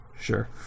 sure